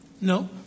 No